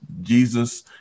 Jesus